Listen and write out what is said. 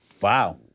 Wow